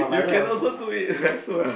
you can also do it as well